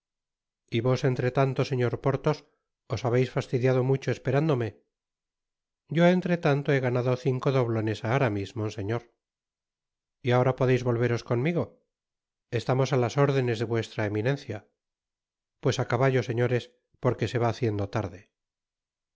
y tos entretanto señor porthos os habeis fastidiado mucho esperándome yo entretanto he ganado cinco doblones á aramis monseñor y ahora podeis votveros conmigo estamos á las órdenes de vuestra eminencia pues á caballo señores porque se va haciendo tarde